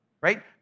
right